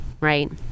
right